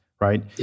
right